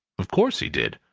of course he did.